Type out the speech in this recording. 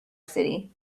city